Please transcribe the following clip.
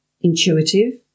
Intuitive